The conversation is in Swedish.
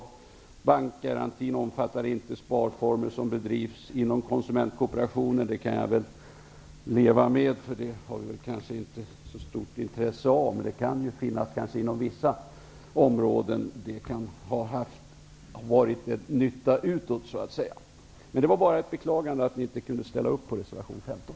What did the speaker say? Det faktum att bankgarantin inte omfattar sparande som bedrivs inom konsumentkooperationer kan jag leva med, för denna garanti har vi väl inte så stort intresse av, men vissa områden kan kanske ha nytta av den. Det var bara ett beklagande av det faktum att ni inte kunde ställa upp på reservation 15.